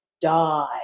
die